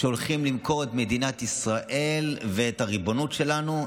שהולכים למכור את מדינת ישראל ואת הריבונות שלנו.